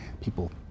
people